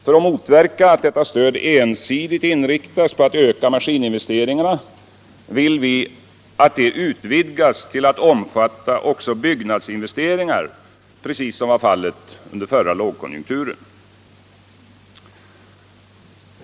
För att motverka att detta stöd ensidigt inriktas på att öka maskininvesteringarna, vill vi att det utvidgas till att omfatta även byggnadsinvesteringar, precis som var fallet under förra lågkonjunkturen.